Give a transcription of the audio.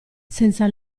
senza